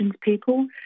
people